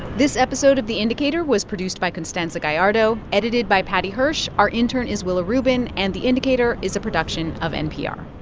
this episode of the indicator was produced by constanza gallardo, edited by paddy hirsch. our intern is willa rubin. and the indicator is a production of npr